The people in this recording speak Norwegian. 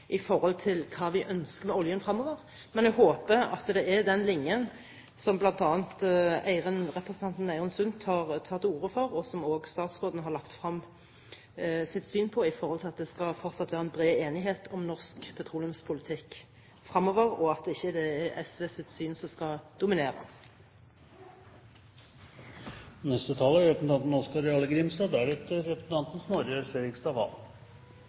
til hva man ønsker med oljen fremover. Jeg håper at det er den linjen som bl.a. representanten Eirin Kristin Sund har tatt til orde for, og som også statsråden har lagt frem sitt syn på, at det fortsatt skal være bred enighet om norsk petroleumspolitikk fremover, og at det ikke er SVs syn som skal dominere. Klarsignalet vi gir i dag, er